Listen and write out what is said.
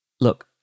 Look